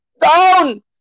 down